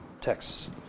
text